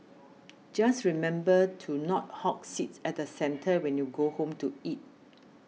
just remember to not hog seats at the centre when you go home to eat